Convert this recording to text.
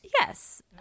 Yes